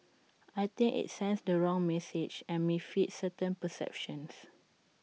I think IT sends the wrong message and may feed certain perceptions